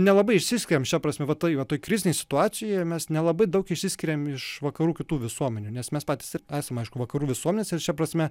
nelabai išsiskiriam šia prasme vat toj va toj krizinėj situacijoje mes nelabai daug išsiskiriam iš vakarų kitų visuomenių nes mes patys ir esam vakarų visuomenės ir šia prasme